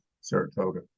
Saratoga